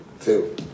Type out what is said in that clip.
two